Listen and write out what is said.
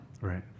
Right